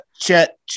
Chet